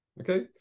Okay